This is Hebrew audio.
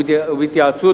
והתייעצות